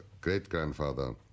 great-grandfather